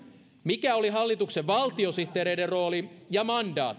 mikä oli hallituksen valtiosihteereiden rooli ja